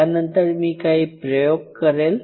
त्यानंतर मी काही प्रयोग करेल